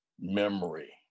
memory